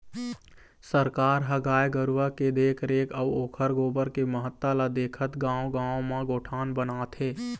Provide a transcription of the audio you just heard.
सरकार ह गाय गरुवा के देखरेख अउ ओखर गोबर के महत्ता ल देखत गाँव गाँव म गोठान बनात हे